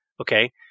okay